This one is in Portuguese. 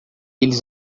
eles